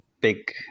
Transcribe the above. big